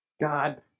God